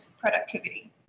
productivity